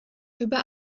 über